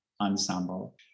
ensemble